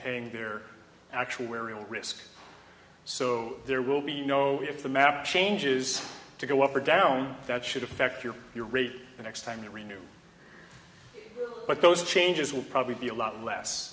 paying their actuarial risk so there will be you know if the map changes to go up or down that should affect your your rate the next time you renew but those changes will probably be a lot less